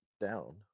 down